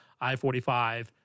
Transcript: I-45